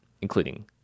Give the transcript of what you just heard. including